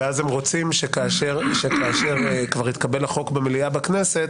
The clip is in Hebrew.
ואז הם רוצים שכאשר כבר יתקבל החוק במליאה בכנסת